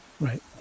Right